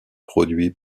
produit